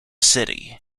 city